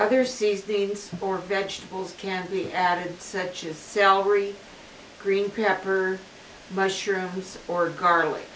there seems things or vegetables can be added such as celery green peppers mushrooms or garlic